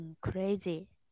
crazy